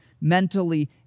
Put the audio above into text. Mentally